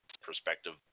perspective